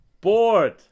Bored